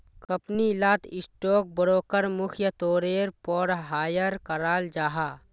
company लात stock broker मुख्य तौरेर पोर हायर कराल जाहा